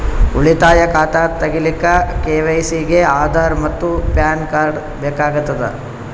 ಉಳಿತಾಯ ಖಾತಾ ತಗಿಲಿಕ್ಕ ಕೆ.ವೈ.ಸಿ ಗೆ ಆಧಾರ್ ಮತ್ತು ಪ್ಯಾನ್ ಕಾರ್ಡ್ ಬೇಕಾಗತದ